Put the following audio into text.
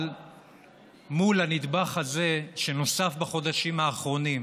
אבל מול הנדבך הזה שנוסף בחודשים האחרונים,